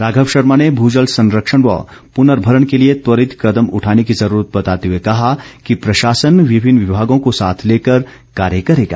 राघव शर्मा ने भूजल संरक्षण व पुर्नभरण के लिए त्वरित कदम उठाने की जरूरत बताते हुए कहा कि प्रशासन विभिन्न विभागों को साथ लेकर कार्य करेगा